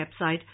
website